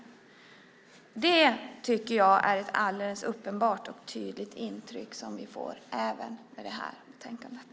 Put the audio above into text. Det intrycket tycker jag vi alldeles uppenbart och tydligt får även när det gäller det här betänkandet.